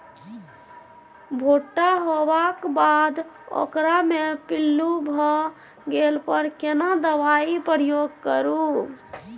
भूट्टा होबाक बाद ओकरा मे पील्लू भ गेला पर केना दबाई प्रयोग करू?